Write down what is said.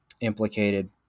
implicated